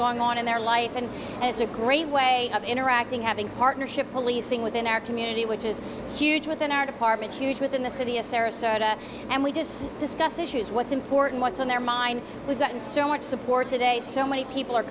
going on in their life and it's a great way of interacting having partnership policing within our community which is huge within our department huge within the city of sarasota and we just discuss issues what's important what's on their mind we've gotten so much support today so many people